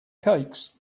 cakes